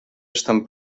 estan